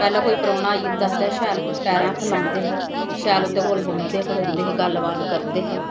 पैह्ले कोई परौह्ना आई जंदा हा ते शैल पैरें हत्थ लांदे हे शैल उं'दे कोल बौंह्दे हे खड़ोंदे हे गल्ल बात करदे हे